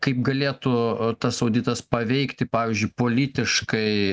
kaip galėtų tas auditas paveikti pavyzdžiui politiškai